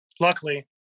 Luckily